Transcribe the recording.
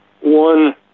one